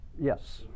Yes